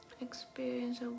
experience